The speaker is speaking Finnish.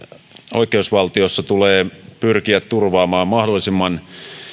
oikeusvaltiossa tulee pyrkiä turvaamaan mahdollisimman